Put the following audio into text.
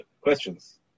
questions